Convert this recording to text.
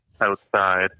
outside